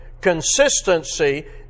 Consistency